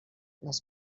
les